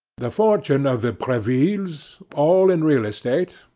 the fortune of the brevilles, all in real estate,